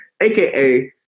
AKA